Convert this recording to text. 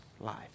life